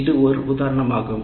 இது ஒரு அறிகுறியாகும்